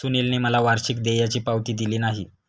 सुनीलने मला वार्षिक देयाची पावती दिली नाही